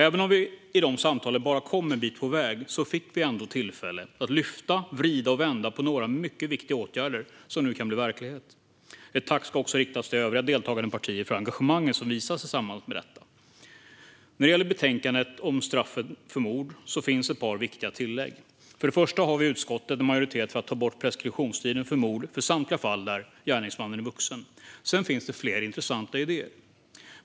Även om vi i dessa samtal bara kom en bit på väg fick vi ändå tillfälle att lyfta, vrida och vända på några mycket viktiga åtgärder som nu kan bli verklighet. Ett tack ska också riktas övriga deltagande partier för engagemanget som visades i samband med detta. När det gäller betänkandet om straffen för mord finns ett par viktiga tillägg. För det första har vi i utskottet en majoritet för att ta bort preskriptionstiden för mord i samtliga fall där gärningsmannen är vuxen. Det finns också flera intressanta idéer.